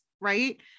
right